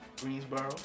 Greensboro